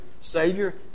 Savior